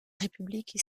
république